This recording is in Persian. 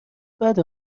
بده